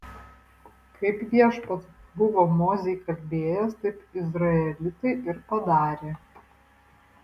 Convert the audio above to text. kaip viešpats buvo mozei kalbėjęs taip izraelitai ir padarė